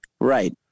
Right